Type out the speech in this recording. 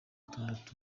gatanu